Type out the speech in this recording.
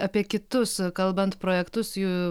apie kitus kalbant projektus jų